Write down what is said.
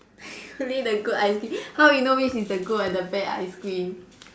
only the good ice cream how you know which is the good or the bad ice cream